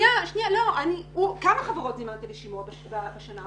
שנייה, כמה חברות זימנת לשימוע בשנה האחרונה?